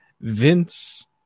Vince